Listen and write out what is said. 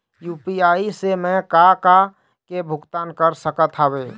UPI से मैं का का के भुगतान कर सकत हावे?